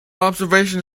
observation